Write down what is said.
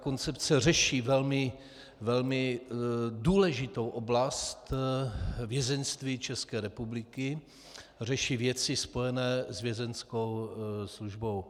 Koncepce řeší velmi důležitou oblast vězeňství České republiky, řeší věci spojené s Vězeňskou službou.